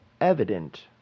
evident